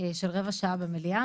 של רבע שעה במליאה,